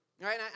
Right